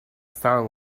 song